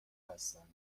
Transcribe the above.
هستن